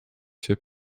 się